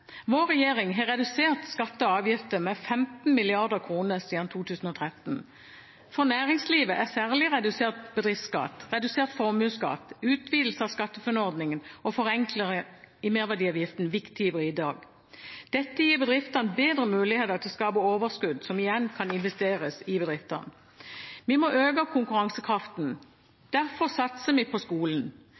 Vår regjering har redusert skatter og avgifter med 15 mrd. kr siden 2013. For næringslivet er særlig redusert bedriftsskatt, redusert formuesskatt, utvidelse av SkatteFUNN-ordningen og forenklinger i merverdiavgiften viktige bidrag. Dette gir bedriftene bedre muligheter til å skape overskudd som igjen kan investeres i bedriftene. Vi må øke konkurransekraften. Derfor satser vi på skolen.